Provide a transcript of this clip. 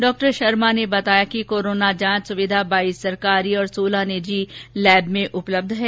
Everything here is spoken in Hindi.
डॉ शर्मा ने बताया कि कोरोना जांच सुविधा बाइस सरकारी तथा सोलह निजी लैब में उपलब्ध है